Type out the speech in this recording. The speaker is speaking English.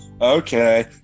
Okay